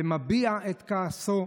ומביע את כעסו,